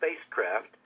spacecraft